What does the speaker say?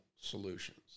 solutions